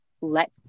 let